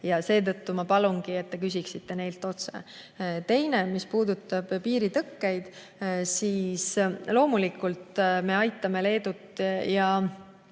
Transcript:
Seetõttu ma palungi, et te küsiksite neilt otse. Teiseks, mis puudutab piiritõkkeid, siis loomulikult me aitame Leedut ja